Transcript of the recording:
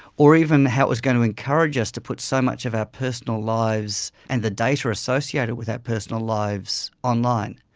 or even how it was going to encourage us to put so much of our personal lives and the data associated with our personal lives online.